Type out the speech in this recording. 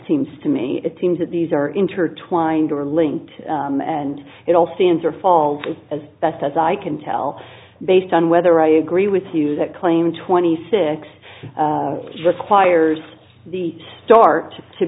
seems to me it seems that these are intertwined or linked and it all stands or falls as best as i can tell based on whether i agree with you that claim twenty six requires the start to